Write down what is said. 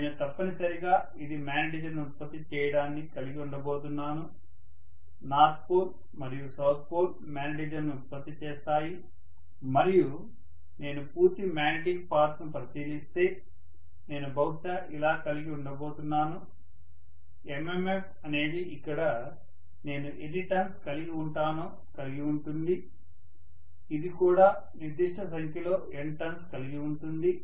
నేను తప్పనిసరిగా ఇది మ్యాగ్నెటిజంను ఉత్పత్తి చేయడాన్ని కలిగి ఉండబోతున్నాను నార్త్ పోల్ మరియు సౌత్ పోల్ మ్యాగ్నెటిజంను ఉత్పత్తి చేస్తాయి మరియు నేను పూర్తి మ్యాగ్నెటిక్ పాత్ ను పరిశీలిస్తే నేను బహుశా ఇలా కలిగి ఉండబోతున్నాను MMF అనేది ఇక్కడ నేను ఎన్ని టర్న్స్ కలిగి ఉంటానో కలిగి ఉంటుంది ఇది కూడా ఇక్కడ నిర్దిష్ట సంఖ్యలో N టర్న్స్ కలిగి ఉంటుంది